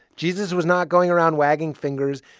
jesus was not going around wagging fingers.